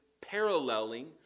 paralleling